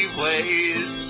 ways